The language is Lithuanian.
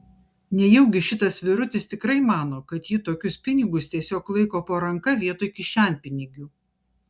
nejaugi šitas vyrutis tikrai mano kad ji tokius pinigus tiesiog laiko po ranka vietoj kišenpinigių